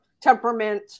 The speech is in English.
temperament